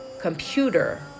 computer